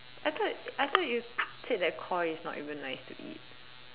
I thought I thought you said that Koi is not even nice to eat